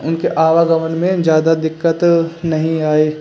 उनके आवागमन में ज़्यादा दिक़्क़त नहीं आए